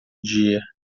dia